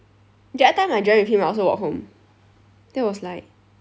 the other time I drank with him I also walk home that was like